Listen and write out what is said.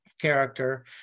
Character